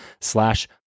slash